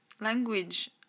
Language